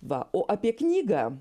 va o apie knygą